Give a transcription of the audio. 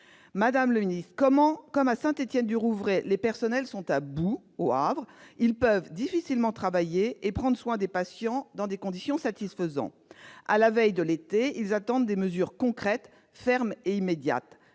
Madame la ministre, comme à Saint-Étienne-du-Rouvray, les personnels au Havre sont à bout. Ils peuvent difficilement travailler et prendre soin des patients dans les conditions actuelles. À la veille de l'été, ils attendent des mesures concrètes, fermes et immédiates.